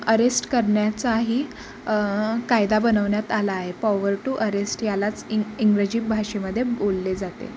arrest करण्याचाही कायदा बनवण्यात आला आहे पॉवर टू अरेस्ट यालाच इंग इंग्रजी भाषेमध्ये बोलले जाते